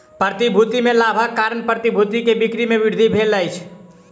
प्रतिभूति में लाभक कारण प्रतिभूति के बिक्री में वृद्धि भेल अछि